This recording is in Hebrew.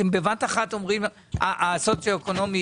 בבת אחת אתם אומרים שהמדד הסוציו-אקונומי